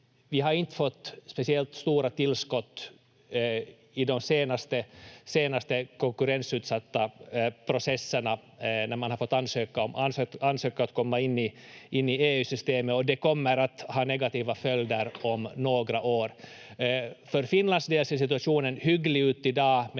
Vi har inte fått speciellt stora tillskott i de senaste konkurrensutsatta processerna när man har fått ansöka om att komma in i EU-systemet, och det kommer att ha negativa följder om några år. För Finlands del ser situationen hygglig ut i dag,